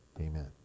Amen